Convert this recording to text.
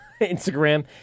Instagram